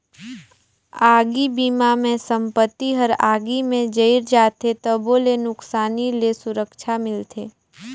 आगी बिमा मे संपत्ति हर आगी मे जईर जाथे तबो ले नुकसानी ले सुरक्छा मिलथे